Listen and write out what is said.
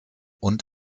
und